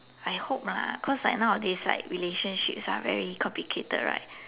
I hope lah cause like nowadays like relationships are very complicated right